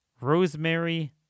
Rosemary